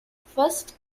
first